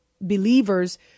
believers